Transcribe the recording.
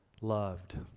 loved